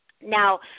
Now